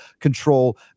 control